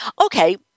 Okay